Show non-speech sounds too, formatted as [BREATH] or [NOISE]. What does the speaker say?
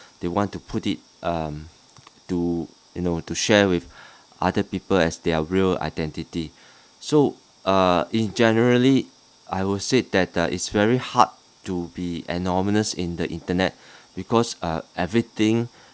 they want to put it um to you know to share with [BREATH] other people as their real identity [BREATH] so uh in generally I would said that the it's very hard to be anonymous in the internet [BREATH] because uh everything [BREATH]